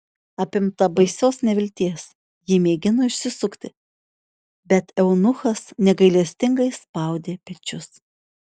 apimta baisios nevilties ji mėgino išsisukti bet eunuchas negailestingai spaudė pečius